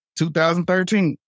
2013